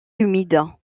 humides